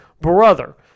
brother